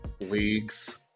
leagues